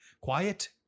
quiet